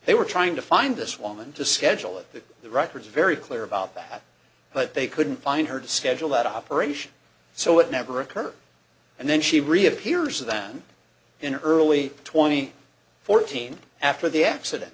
they were trying to find this woman to schedule it that the record is very clear about that but they couldn't find her to schedule that operation so it never occurred and then she reappears than in early twenty fourteen after the accident